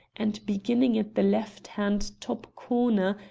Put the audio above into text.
and, beginning at the left-hand top corner,